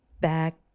Back